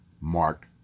marked